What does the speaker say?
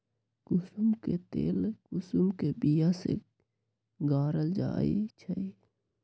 कुशुम के तेल कुशुम के बिया से गारल जाइ छइ